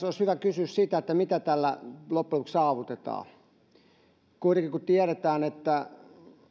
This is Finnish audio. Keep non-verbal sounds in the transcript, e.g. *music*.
*unintelligible* olisi hyvä kysyä mitä tällä loppujen lopuksi saavutetaan kuitenkin kun tiedetään että